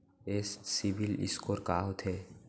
ये CIBIL score का होथे?